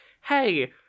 hey